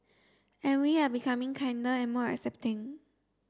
and we are becoming kinder and more accepting